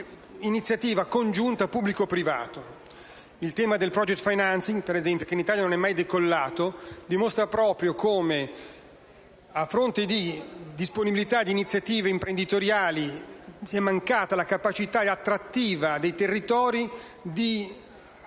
un'iniziativa congiunta pubblico-privato. Il tema del *project financing*, che in Italia non è mai decollato, dimostra proprio come a fronte della disponibilità di iniziative imprenditoriali, sia mancata la capacità attrattiva dei territori di